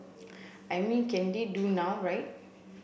I mean can they do now right